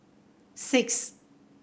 six